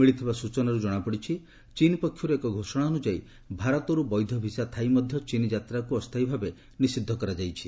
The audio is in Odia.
ମିଳିଥିବା ସ୍କଚନାର୍ ଜଣାପଡ଼ିଛି ଚୀନ୍ ପକ୍ଷର୍ତ ଏକ ଘୋଷଣା ଅନ୍ଦଯାୟୀ ଭାରତରୁ ବୈଧ ଭିସା ଥାଇ ମଧ୍ୟ ଚୀନ୍ ଯାତ୍ରାକୁ ଅସ୍ଥାୟୀ ଭାବେ ନିଷିଦ୍ଧ କରାଯାଇଛି